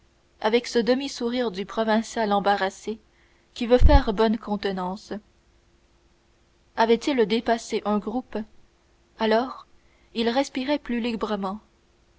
avec ce demi-sourire du provincial embarrassé qui veut faire bonne contenance avait-il dépassé un groupe alors il respirait plus librement